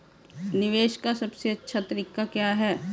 निवेश का सबसे अच्छा तरीका क्या है?